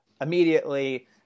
immediately